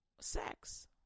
sex